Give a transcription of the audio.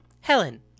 Helen